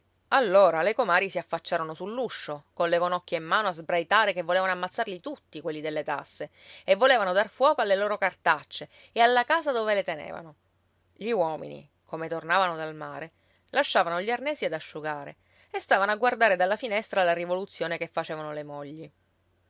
allora le comari si affacciarono sull'uscio colle conocchie in mano a sbraitare che volevano ammazzarli tutti quelli delle tasse e volevano dar fuoco alle loro cartacce e alla casa dove le tenevano gli uomini come tornavano dal mare lasciavano gli arnesi ad asciugare e stavano a guardare dalla finestra la rivoluzione che facevano le mogli